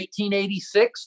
1886